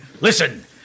Listen